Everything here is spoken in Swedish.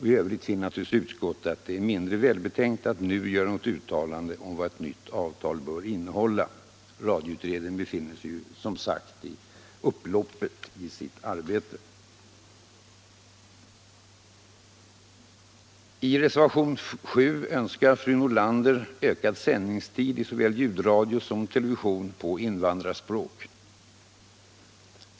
I övrigt finner naturligtvis utskottet att det är mindre välbetänkt att nu göra ett uttalande om vad ett nytt avtal bör innehålla. : Radioutredningen befinner sig som sagt i upploppet av sitt arbete. I reservationen 7 önskar fru Nordlander ökad sändningstid i såväl ljudradio som television på invandrarspråk.